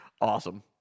Awesome